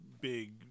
big